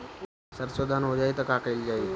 सरसो धन हो जाई त का कयील जाई?